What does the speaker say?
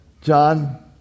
John